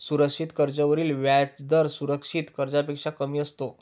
सुरक्षित कर्जावरील व्याजदर असुरक्षित कर्जापेक्षा कमी असतो